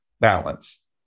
balance